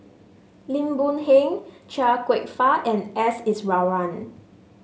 Lim Boon Heng Chia Kwek Fah and S Iswaran